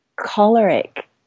choleric